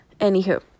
Anywho